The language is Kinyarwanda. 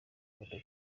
nkunda